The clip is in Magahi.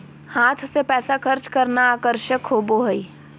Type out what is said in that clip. हाथ से पैसा खर्च करना आकर्षक होबो हइ